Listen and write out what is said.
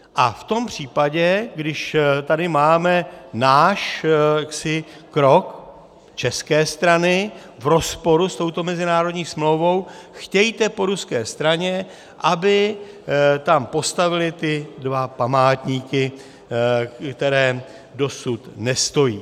A v tom případě, když tady máme náš jaksi krok, české strany, v rozporu s touto mezinárodní smlouvou, chtějte po ruské straně, aby tam postavili ty dva památníky, které dosud nestojí.